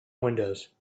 windows